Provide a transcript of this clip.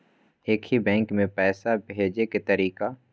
एक ही बैंक मे पैसा भेजे के तरीका?